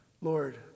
Lord